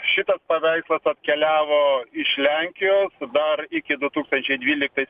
šitas paveikslas atkeliavo iš lenkijos dar iki du tūkstančiai dvyliktais